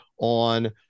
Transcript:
on